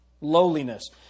Lowliness